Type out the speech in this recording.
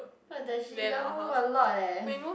what the shit you all move a lot leh